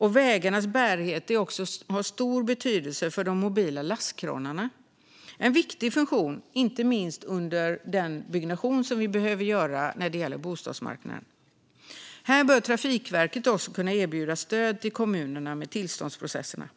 Vägarnas bärighet har också stor betydelse för de mobila lastkranarna, som har en viktig funktion inte minst under den byggnation som vi behöver göra när det gäller bostadsmarknaden. Här bör Trafikverket också kunna erbjuda stöd till kommunerna med tillståndsprocesserna.